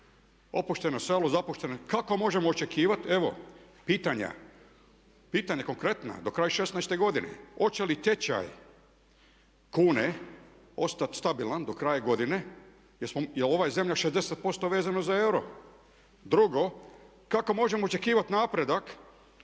hiper inflacija. Evo kako možemo očekivati, evo pitanja konkretna do kraja '16. godine hoće li tečaj kune ostati stabilan do kraja godine jer ova je zemlja 60% vezana za euro? Drugo, kako možemo očekivati napredak